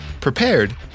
prepared